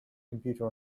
computer